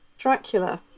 Dracula